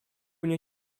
nie